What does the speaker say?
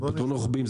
או פתרונות רוחביים.